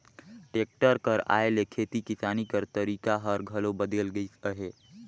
tractor कर आए ले खेती किसानी कर तरीका हर घलो बदेल गइस अहे